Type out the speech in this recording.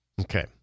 Okay